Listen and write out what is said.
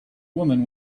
woman